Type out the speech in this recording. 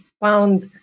found